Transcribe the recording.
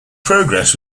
progress